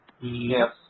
Yes